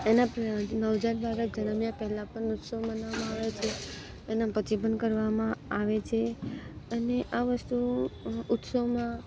એના નવજાત બાળક જન્મ્યાં પહેલાં પણ ઉત્સવ મનાવવામાં આવે છે એના પછી પણ કરવામાં આવે છે અને આ વસ્તુ ઉત્સવમાં